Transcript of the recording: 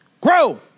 grow